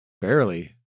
Barely